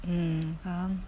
mm ha